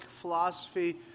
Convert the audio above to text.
philosophy